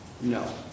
No